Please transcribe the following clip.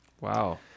Wow